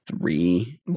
three